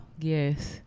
yes